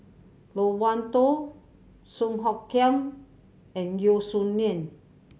Loke Wan Tho Song Hoot Kiam and Yeo Song Nian